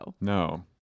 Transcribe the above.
No